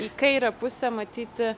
į kairę pusę matyti